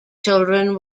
children